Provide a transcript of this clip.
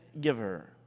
giver